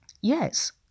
Yes